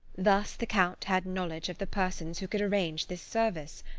thus the count had knowledge of the persons who could arrange this service.